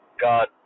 God